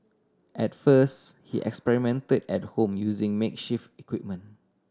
at first he experimented at home using makeshift equipment